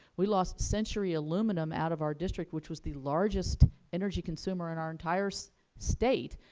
we lost century aluminum out of our district, which was the largest energy consumer in our entire so state,